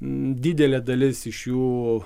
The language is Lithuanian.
didelė dalis iš jų